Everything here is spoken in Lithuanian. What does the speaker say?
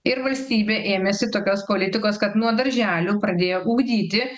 ir valstybė ėmėsi tokios politikos kad nuo darželių pradėjo ugdyti